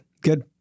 Good